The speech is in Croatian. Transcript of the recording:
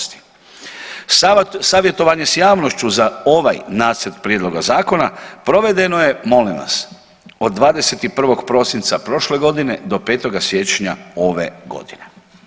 Savjetovanje s javnošću za ovaj nacrt prijedloga zakona provedeno je molim vas od 21. prosinca prošle godine do 5. siječnja ove godine.